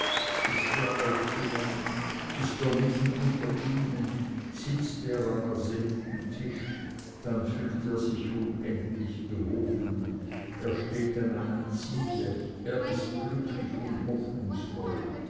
ist er aufgenommen ist er mitten unter ihnen sitzt er am ersehnten tische dann fühlt er sich unendlich gehoben er steht an einem ziele er ist glücklich hoffnungsvoll